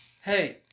Hey